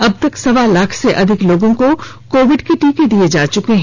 अबतक सवा लाख से अधिक लोगों को कोविड का टीका दिया जा चुका है